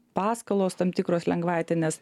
paskolos tam tikros lengvatinės